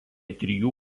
trijų